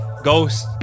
ghost